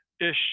ish